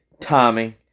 timing